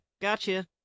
Gotcha